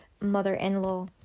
mother-in-law